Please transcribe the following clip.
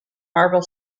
marble